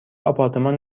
آپارتمان